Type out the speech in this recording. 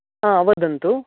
आम् वदन्तु